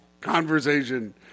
conversation